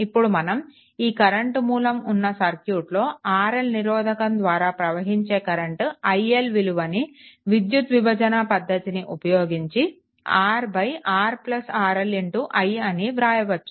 ఇప్పుడు మనం ఈ కరెంట్ మూలం ఉన్న సర్క్యూట్లో RL నిరోధకం ద్వారా ప్రవహించే కరెంట్ iL విలువను విద్యుత్ విభజన పద్ధతిని ఉపయోగించి R RRL i అని వ్రాయవచ్చు